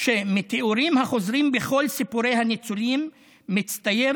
מתיאורים החוזרים בכל סיפורי הניצולים מצטייר